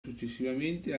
successivamente